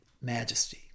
majesty